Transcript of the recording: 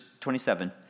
27